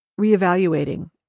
reevaluating